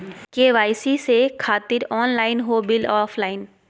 KYC से खातिर online हो बिल ऑफलाइन?